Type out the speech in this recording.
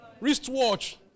wristwatch